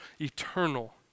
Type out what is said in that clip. eternal